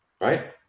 right